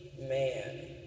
man